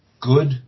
Good